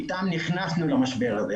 אתם נכנסנו למשבר הזה.